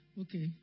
okay